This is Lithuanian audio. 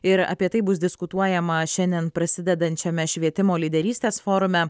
ir apie tai bus diskutuojama šiandien prasidedančiame švietimo lyderystės forume